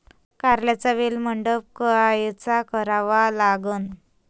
कारल्याचा वेल मंडप कायचा करावा लागन?